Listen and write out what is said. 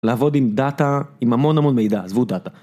לעבוד עם דאטה, עם המון המון מידע, עזבו דאטה.